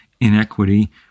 inequity